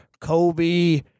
Kobe